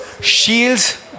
shields